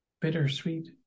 bittersweet